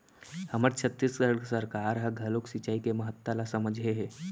हमर छत्तीसगढ़ सरकार ह घलोक सिचई के महत्ता ल समझे हे